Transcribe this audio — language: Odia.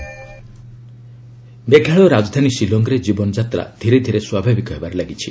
ମେଘାଳୟ ସିଚ୍ୟୁଏସନ୍ ମେଘାଳୟ ରାଜଧାନୀ ସିଲଂରେ ଜୀବନଯାତ୍ରା ଧୀରେ ଧୀରେ ସ୍ୱାଭାବିକ ହେବାରେ ଲାଗିଛି